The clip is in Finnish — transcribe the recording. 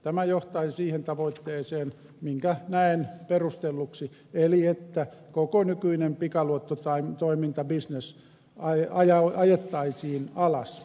tämä johtaisi siihen tavoitteeseen minkä näen perustelluksi että koko nykyinen pikaluottotoimintabisnes ajettaisiin alas